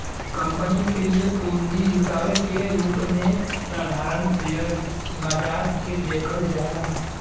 company के लिए पूंजी जुटावे के रूप में साधारण शेयर बाजार के देखल जाला